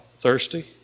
Thirsty